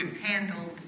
handled